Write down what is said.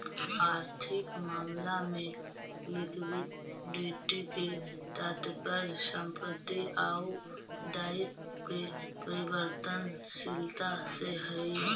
आर्थिक मामला में लिक्विडिटी के तात्पर्य संपत्ति आउ दायित्व के परिवर्तनशीलता से हई